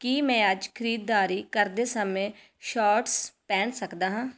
ਕੀ ਮੈਂ ਅੱਜ ਖਰੀਦਦਾਰੀ ਕਰਦੇ ਸਮੇਂ ਸ਼ੌਰਟਸ ਪਹਿਨ ਸਕਦਾ ਹਾਂ